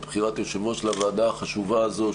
בחירת היושב-ראש לוועדה החשובה הזאת,